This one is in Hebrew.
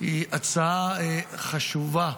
היא הצעה חשובה